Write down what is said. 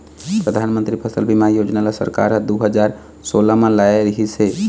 परधानमंतरी फसल बीमा योजना ल सरकार ह दू हजार सोला म लाए रिहिस हे